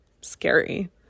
scary